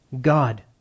God